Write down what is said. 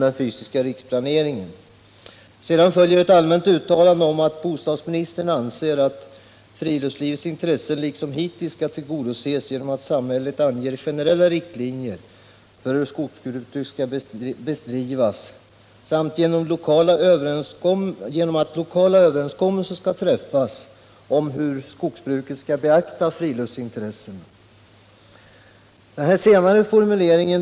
Den vid skogshögskolan utarbetade rapporten utgår från förutsättningen att inskränkningar i virkesproduktionen leder till inte bara företagsekonomiska utan även samhällsekonomiska förluster av betydande storleksordning och för ett teoretiskt resonemang om att detta bör ersättas av dem som söker rekreation genom uttagande av avgifter. Rapporten redovisar däremot inte de vinster som samhället får genom rekreation, friluftsliv och en friskvård i vid mening.